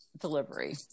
delivery